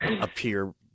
appear